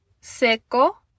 seco